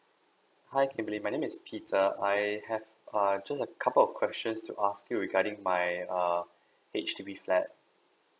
hi kimberly my name is peter I have err just a couple of questions to ask you regarding my uh H_D_B flat